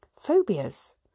phobias